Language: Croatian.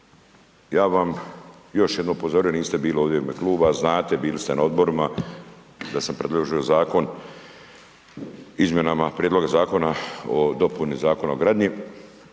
Ja vam još jednom upozorio, niste bili ovdje u ime Kluba. Znate, bili ste na odborima, da sam predložio zakon izmjenama prijedloga zakona o dopuni Zakona o gradnji